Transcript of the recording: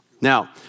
Now